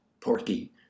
Porky